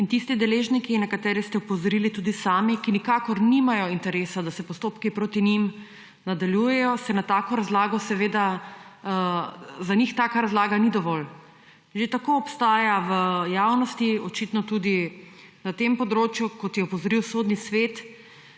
za tiste deležnike, na nekatere ste opozorili tudi sami, ki nikakor nimajo interesa, da se postopki proti njim nadaljujejo, za njih taka razlaga ni dovolj. Že tako obstaja v javnosti, očitno tudi na tem področju, kot je opozoril Sodni svet,